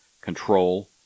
control